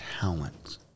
talents